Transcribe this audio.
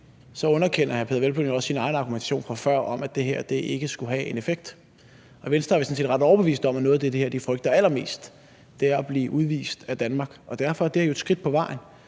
så underkender hr. Peder Hvelplund jo også sin egen argumentation fra før om, at det her ikke skulle have en effekt. I Venstre er vi sådan set ret overbeviste om, at noget af det, de frygter allermest, er at blive udvist af Danmark, og derfor er det her jo et skridt på vejen